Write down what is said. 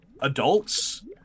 adults